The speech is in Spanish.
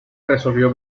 resolvió